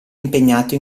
impegnato